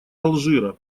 алжира